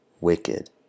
wicked